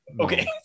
Okay